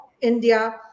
India